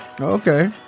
Okay